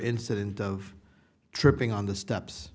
incident of tripping on the steps